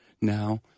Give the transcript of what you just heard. now